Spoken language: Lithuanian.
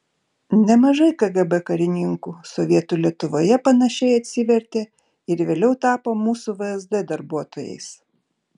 nemažai kgb karininkų sovietų lietuvoje panašiai atsivertė ir vėliau tapo mūsų vsd darbuotojais